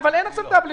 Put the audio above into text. להם חברים פה?